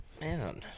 Man